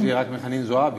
יש לי רק מחנין זועבי.